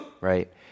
Right